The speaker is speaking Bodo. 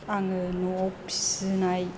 आङो न'आव फिसिनाय